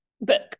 Book